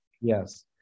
Yes